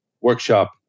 workshop